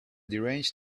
deranged